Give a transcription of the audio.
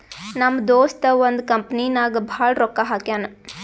ನಮ್ ದೋಸ್ತ ಒಂದ್ ಕಂಪನಿ ನಾಗ್ ಭಾಳ್ ರೊಕ್ಕಾ ಹಾಕ್ಯಾನ್